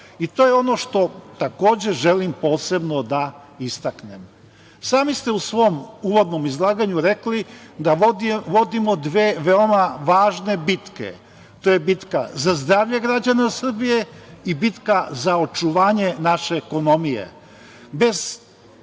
i to je ono što takođe želim posebno da istaknem. Sami ste u svom uvodnom izlaganju rekli da vodimo dve veoma važne bitke. To je bitka za zdravlje građana Srbije i bitka za očuvanje naše ekonomije.